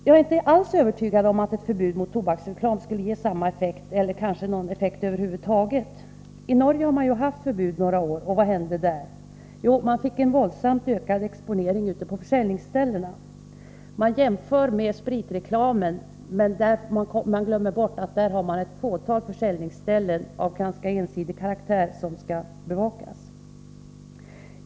Jag är inte alls övertygad om att ett förbud mot tobaksreklam skulle ha samma effekt, eller någon effekt över huvud taget. I Norge har man haft förbud nu några år. Vad har hänt där? Jo, man fick en våldsamt ökad exponering ute på försäljningsställena. Man jämför med spritreklamen, men man glömmer att där har man ett fåtal försäljningsställen av ganska ensidig karaktär som skall bevakas.